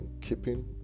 keeping